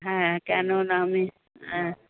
হ্যাঁ কেন না আমি হ্যাঁ